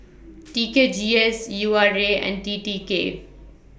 T K G S U R A and T T K